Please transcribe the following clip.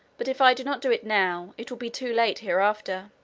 but if i do not do it now, it will be too late hereafter.